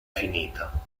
finita